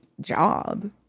job